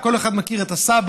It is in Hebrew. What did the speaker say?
כל אחד מכיר את הסבא,